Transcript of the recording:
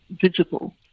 visible